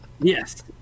Yes